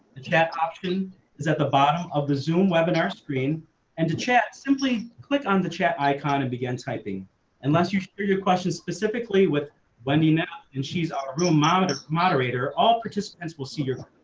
the chat option is at the bottom of the zoom webinar screen and to chat, simply click on the chat icon and begin typing unless your, your, your question specifically with wendy now and she's a real monitor moderator all participants will see